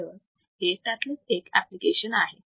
filter हे त्यातलेच एक आपलिकेशन आहे